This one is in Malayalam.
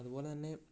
അതുപോലെ തന്നെ